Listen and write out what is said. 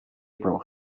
april